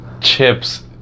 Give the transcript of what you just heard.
chips